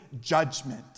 judgment